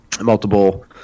multiple